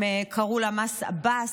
הם קראו לה "מס עבאס",